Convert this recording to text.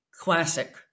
classic